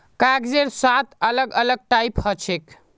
कागजेर सात अलग अलग टाइप हछेक